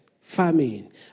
Famine